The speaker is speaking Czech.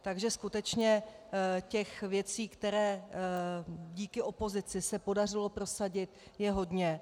Takže skutečně těch věcí, které se díky opozici podařilo prosadit, je hodně.